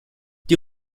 die